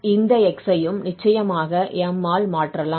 இந்த x ஐயும் நிச்சயமாக m ஆல் மாற்றலாம்